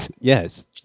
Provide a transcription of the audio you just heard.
Yes